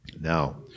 now